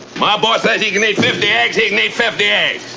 my boy say he can eat fifty eggs he can eat fifty eggs!